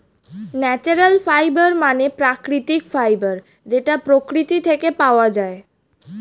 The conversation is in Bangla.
ন্যাচারাল ফাইবার মানে প্রাকৃতিক ফাইবার যেটা প্রকৃতি থেকে পাওয়া যায়